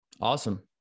Awesome